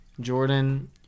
Jordan